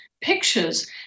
pictures